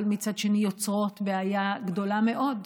אבל מצד שני יוצרות בעיה גדולה מאוד,